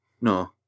No